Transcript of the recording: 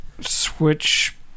switch